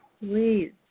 please